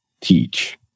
teach